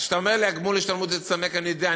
אז כשאתה אומר לי: הגמול השתלמות הצטמק, אני יודע.